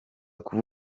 kuba